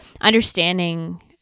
understanding